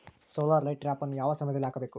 Solar light ಟ್ರಾಪನ್ನು ಯಾವ ಸಮಯದಲ್ಲಿ ಹಾಕಬೇಕು?